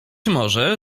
może